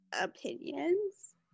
opinions